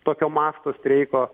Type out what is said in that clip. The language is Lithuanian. tokio masto streiko